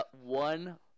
One